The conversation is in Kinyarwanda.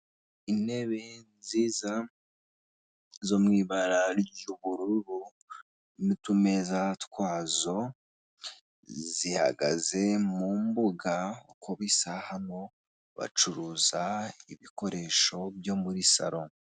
Intebe nziza zo mu ibara ry'ubururu n'utumeza twazo zihagaze mu mbuga uko bisahamo bacuruza ibikoresho byo muri saro.